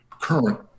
current